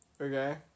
Okay